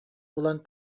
булан